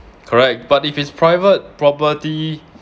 correct but if it's private property